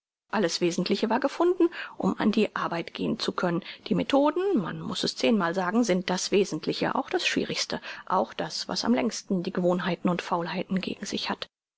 alles wesentliche war gefunden um an die arbeit gehn zu können die methoden man muß es zehnmal sagen sind das wesentliche auch das schwierigste auch das was am längsten die gewohnheiten und faulheiten gegen sich hat